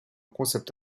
concept